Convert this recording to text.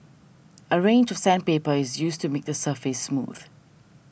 a range of sandpaper is used to make the surface smooth